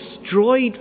destroyed